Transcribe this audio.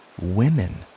women